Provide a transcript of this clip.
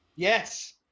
Yes